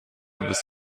bis